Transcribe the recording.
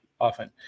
often